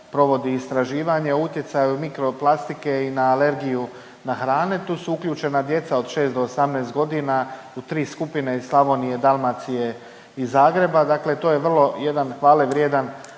provodi istraživanje o utjecaju mikro plastike i na alergiju na hranu. Tu su uključena i djeca od 6 do 18 godina u tri skupine iz Slavonije, Dalmacije i Zagreba. Dakle, to je vrlo jedan hvale vrijedan